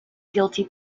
guilty